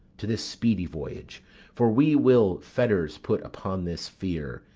to this speedy voyage for we will fetters put upon this fear,